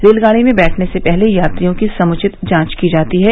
रेलगाडी में बैठने से पहले यात्रियों की समुचित जांच की जाती है